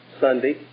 Sunday